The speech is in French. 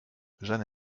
jeanne